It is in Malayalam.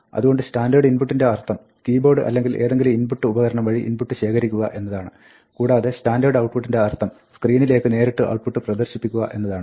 അതുകൊണ്ട് സ്റ്റാന്റേർഡ് ഇൻപുട്ടിന്റെ അർത്ഥം കീബോർഡ് അല്ലെങ്കിൽ ഏതെങ്കിലും ഇൻപുട്ട് ഉപകരണം വഴി ഇൻപുട്ട് ശേഖരിക്കുക എന്നതാണ് കൂടാതെ സ്റ്റാന്റേർഡ് ഔട്ട്പുട്ടിന്റെ അർത്ഥം സ്ക്രീനിലേക്ക് നേരിട്ട് ഔട്ട്പുട്ട് പ്രദർശിപ്പിക്കുക എന്നതാണ്